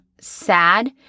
sad